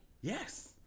Yes